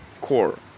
core